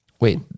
Wait